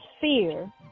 fear